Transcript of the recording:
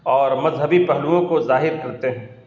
اور مذہبی پہلوؤں کو ظاہر کرتے ہیں